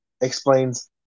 explains